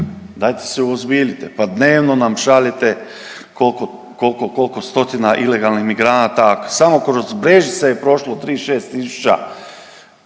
dajte se uozbiljite, pa dnevno nam šaljete kolko, kolko, kolko stotina ilegalnih migranata, samo kroz Brežice je prošlo 36